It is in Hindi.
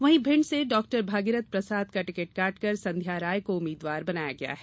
वहीं भिंड से डॉक्टर भागीरथ प्रसाद का टिकट काटकर संध्या राय को उम्मीदवार बनाया है